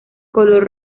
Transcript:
color